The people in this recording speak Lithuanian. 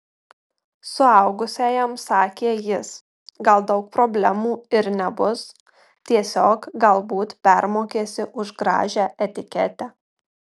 suaugusiajam sakė jis gal daug problemų ir nebus tiesiog galbūt permokėsi už gražią etiketę